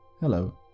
Hello